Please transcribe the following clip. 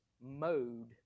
mode